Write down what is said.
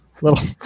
little